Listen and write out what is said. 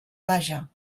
vaja